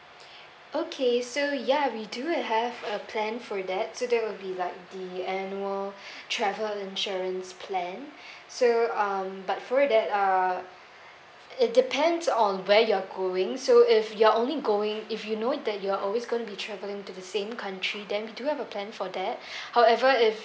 okay so ya we do have a plan for that so that will be like the annual travel insurance plan so um but for that uh it depends on where you're going so if you're only going if you know that you're always gonna be travelling to the same country then we do have a plan for that however if